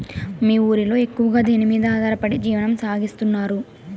మీ ఊరిలో ఎక్కువగా దేనిమీద ఆధారపడి జీవనం సాగిస్తున్నారు?